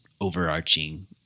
overarching